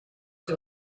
sie